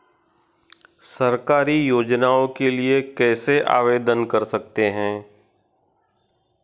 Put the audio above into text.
सरकारी योजनाओं के लिए कैसे आवेदन कर सकते हैं?